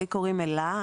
קוראים לי אלה,